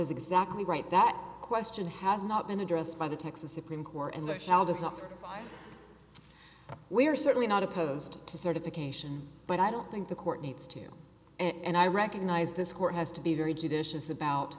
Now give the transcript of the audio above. is exactly right that question has not been addressed by the texas supreme court and the shall this offer we're certainly not opposed to certification but i don't think the court needs to and i recognize this court has to be very judicious about